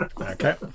Okay